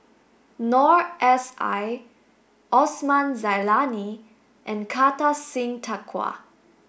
Noor S I Osman Zailani and Kartar Singh Thakral